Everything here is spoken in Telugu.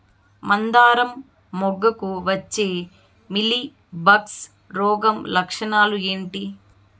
మందారం మొగ్గకు వచ్చే మీలీ బగ్స్ రోగం లక్షణాలు ఏంటి?